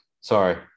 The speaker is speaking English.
Sorry